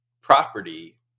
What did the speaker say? property